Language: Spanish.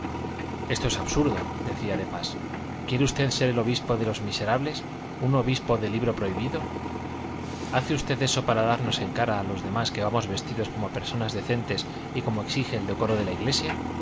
esto es absurdo decía de pas quiere usted ser el obispo de los miserables un obispo de libro prohibido hace usted eso para darnos en cara a los demás que vamos vestidos como personas decentes y como exige el decoro de la iglesia